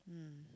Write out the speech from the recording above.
um